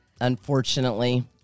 Unfortunately